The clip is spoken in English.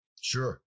Sure